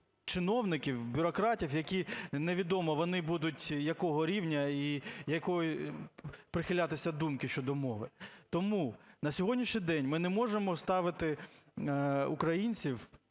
чиновників, бюрократів, які невідомо вони будуть якого рівня і якої прихилятися думки щодо мови. Тому на сьогоднішній день ми не можемо ставити українців